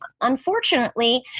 Unfortunately